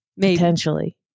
potentially